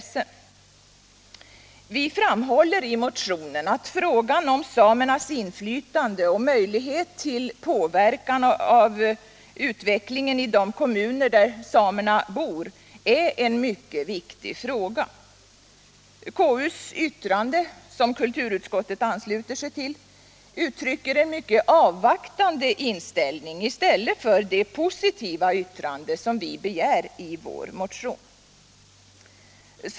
Vi framhåller i motionen att frågan om samernas inflytande och möjligheter till påverkan av utvecklingen i de kommuner där samerna bor är en mycket viktig fråga. Konstitutionsutskottets yttrande, som kulturutskottet ansluter sig till, uttrycker en mycket avvaktande inställning i stället för det positiva yttrande som vi begär i vår motion.